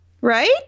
Right